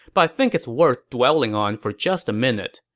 but i think it's worth dwelling on for just a minute.